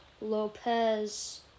Lopez